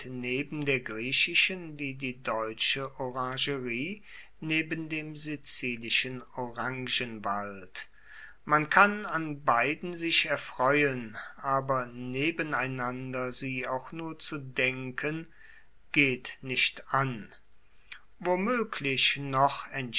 neben der griechischen wie die deutsche orangerie neben dem sizilischen orangenwald man kann an beiden sich erfreuen aber nebeneinander sie auch nur zu denken geht nicht an womoeglich noch